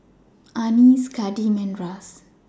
Annice Kadeem and Ras